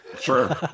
Sure